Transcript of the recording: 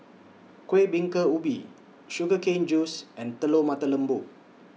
Kuih Bingka Ubi Sugar Cane Juice and Telur Mata Lembu